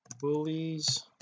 bullies